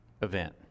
event